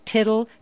Tittle